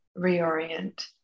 reorient